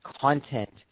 content